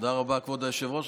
תודה רבה, כבוד היושב-ראש.